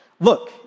Look